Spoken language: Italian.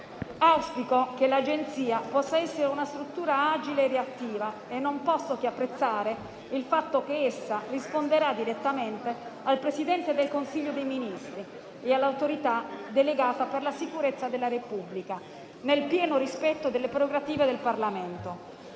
Auspico che l'Agenzia possa essere una struttura agile e reattiva e non posso che apprezzare il fatto che essa risponderà direttamente al Presidente del Consiglio dei ministri e all'Autorità delegata per la sicurezza della Repubblica, nel pieno rispetto delle prerogative del Parlamento.